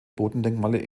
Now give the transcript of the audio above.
bodendenkmale